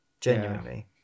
Genuinely